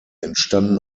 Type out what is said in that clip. entstanden